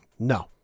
No